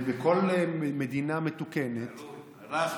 בכל מדינה מתוקנת, תלוי.